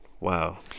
Wow